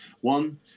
one